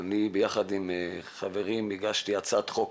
אני יחד עם חברים הגשנו הצעת חוק